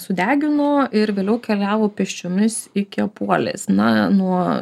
sudegino ir vėliau keliavo pėsčiomis iki apuolės na nuo